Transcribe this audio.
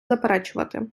заперечувати